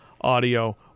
audio